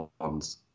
ones